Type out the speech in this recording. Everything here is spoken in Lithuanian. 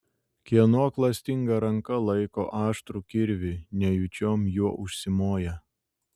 kieno klastinga ranka laiko aštrų kirvį nejučiom juo užsimoja